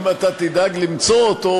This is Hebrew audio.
אם אתה תדאג למצוא אותו,